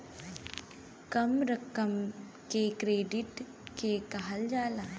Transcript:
कम रकम के क्रेडिट के कहल जाला